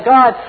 God